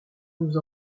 nous